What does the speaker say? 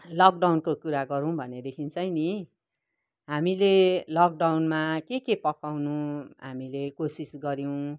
लकडाउनको कुरा गरौँ भनेदेखि चाहिँ नि हामीले लकडाउनमा के के पकाउनु हामीले कोसिस गऱ्यौँ